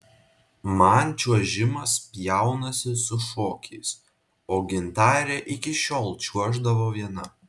man čiuožimas pjaunasi su šokiais o gintarė iki šiol čiuoždavo viena